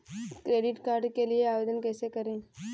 Credit card के लिए आवेदन कैसे करें?